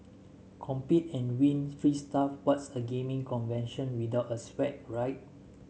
compete and win free stuff what's a gaming convention without swag right